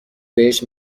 بهش